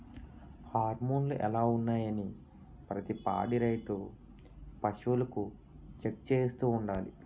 హార్మోన్లు ఎలా ఉన్నాయి అనీ ప్రతి పాడి రైతు పశువులకు చెక్ చేయిస్తూ ఉండాలి